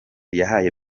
yahaye